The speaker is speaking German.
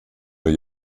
new